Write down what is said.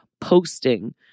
posting